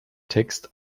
text